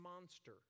monster